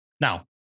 now